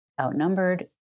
outnumbered